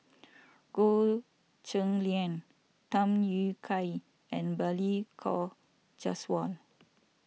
Goh Cheng Liang Tham Yui Kai and Balli Kaur Jaswal